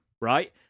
right